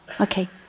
Okay